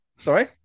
sorry